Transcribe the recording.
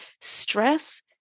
stress